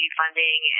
funding